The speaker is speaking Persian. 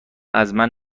ازمن